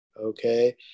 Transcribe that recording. okay